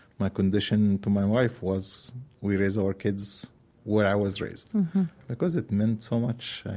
my condition to my wife was we raise our kids where i was raised because it meant so much.